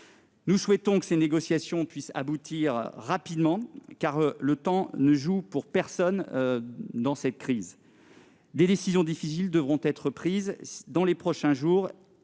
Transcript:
Nous souhaitons que celles-ci puissent aboutir rapidement, car le temps ne joue pour personne dans cette crise. Des décisions difficiles devront être prises dans les prochains jours